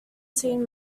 team